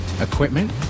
equipment